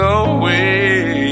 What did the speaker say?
away